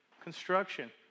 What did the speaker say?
construction